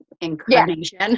incarnation